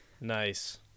Nice